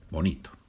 Bonito